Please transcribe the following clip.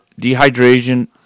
dehydration